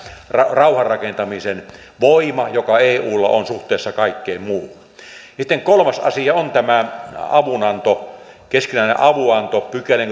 rauhan rakentamisen voima joka eulla on suhteessa kaikkeen muuhun sitten kolmas asia on tämä avunanto keskinäinen avunanto pykälä